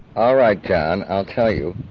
all right john, i'll tell you,